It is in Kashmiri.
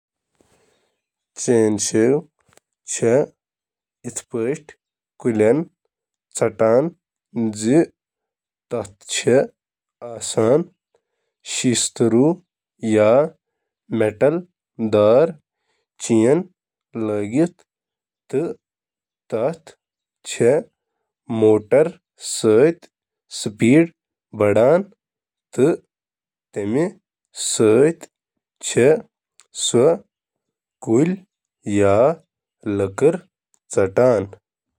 چین سا چُھ اکھ گیس، ہائیڈرولک، یا بجلی سۭتۍ چلن وول آرا یتھ منٛز زنجیرن ہنٛد لوپ چُھ آسان یُس تیز رفتارٕ سۭتۍ بارس أنٛدۍ پٔکۍ کڑنہٕ چُھ یوان۔ چین ساہُک مقصد چھُ کُلۍ، لٔکرِ تہٕ لٔکرِ ہٕنٛدۍ باقی چیٖز ژٹنہٕ خٲطرٕ استعمال یِوان کرنہٕ۔